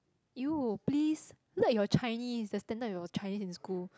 ewww please look at your Chinese the standard of your Chinese in school